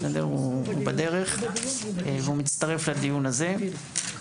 הוא בדרך והוא מצטרף לדיון הזה.